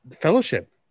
Fellowship